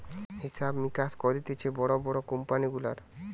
হিসাব মিকাস করতিছে বড় বড় কোম্পানি গুলার